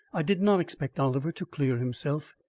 i did not expect oliver to clear himself,